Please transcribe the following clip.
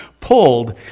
pulled